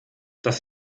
das